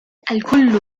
الكل